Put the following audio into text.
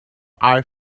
are